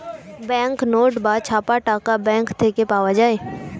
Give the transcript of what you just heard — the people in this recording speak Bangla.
ব্যাঙ্ক নোট বা ছাপা টাকা ব্যাঙ্ক থেকে পাওয়া যায়